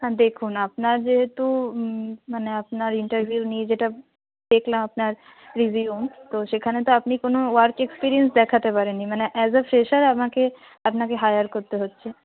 হ্যাঁ দেখুন আপনার যেহেতু মানে আপনার ইন্টারভিউ নিয়ে যেটা দেখলাম আপনার রিসিউম তো সেখানে তো আপনি কোনো ওয়ার্ক এক্সপিরিয়েন্স দেখাতে পারেন নি মানে অ্যাস আ ফ্রেশার আমাকে আপনাকে হায়ার করতে হচ্ছে